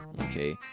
Okay